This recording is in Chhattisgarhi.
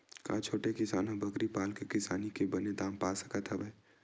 का छोटे किसान ह बकरी पाल के किसानी के बने दाम पा सकत हवय?